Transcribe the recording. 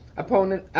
opponent.